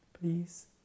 Please